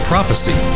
prophecy